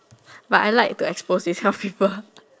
but I like to expose these kind of people